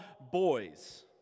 boys